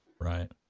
Right